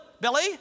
Billy